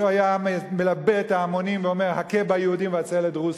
הוא היה מלבה את ההמונים ואומר: הכה ביהודים והצל את רוסיה,